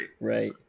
Right